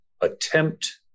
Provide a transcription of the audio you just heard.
attempt